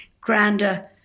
grander